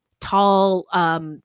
tall